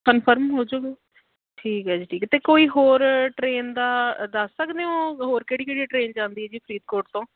confirm ਹੋ ਜੂਗੀ ਠੀਕ ਹੈ ਜੀ ਠੀਕ ਹੈ ਅਤੇ ਕੋਈ ਹੋਰ ਟ੍ਰੇਨ ਦਾ ਦੱਸ ਸਕਦੇ ਹੋ ਹੋਰ ਕਿਹੜੀ ਕਿਹੜੀ ਟ੍ਰੇਨ ਜਾਂਦੀ ਹੈ ਜੀ ਫਰੀਦਕੋਟ ਤੋਂ